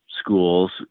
schools